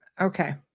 okay